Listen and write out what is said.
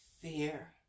fear